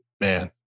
man